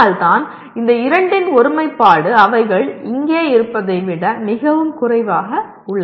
அதனால்தான் இந்த இரண்டின் ஒருமைப்பாடு அவைகள் இங்கே இருப்பதை விட மிகவும் குறைவாக உள்ளது